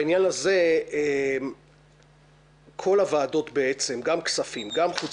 בעניין הזה כל הוועדות בעצם גם כספים גם חוץ